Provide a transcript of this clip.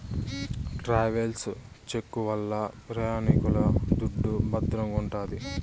travels cheque వల్ల ప్రయాణికుల దుడ్డు భద్రంగుంటాది